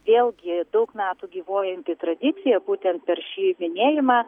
vėlgi daug metų gyvuojanti tradicija būtent per šį minėjimą